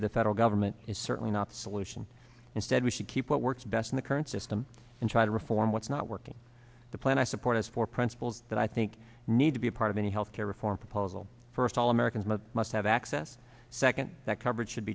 of the federal government is certainly not solution instead we should keep what works best in the current system and try to reform what's not working the plan i support us for principles that i think need to be a part of any health care reform proposal for us all americans must must have access second that coverage should